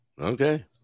okay